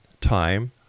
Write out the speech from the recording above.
time